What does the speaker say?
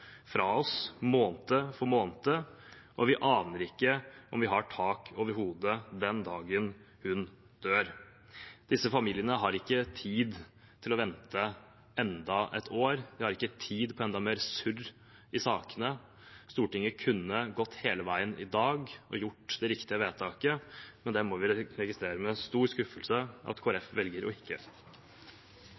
fra oss måned for måned, og vi aner ikke om vi har tak over hodet den dagen hun dør.» Disse familiene har ikke tid til å vente enda et år, de har ikke tid til enda mer surr i sakene. Stortinget kunne gått hele veien i dag og gjort det riktige vedtaket, men vi må registrere – med stor skuffelse – at Kristelig Folkeparti velger ikke å